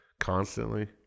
Constantly